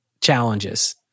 challenges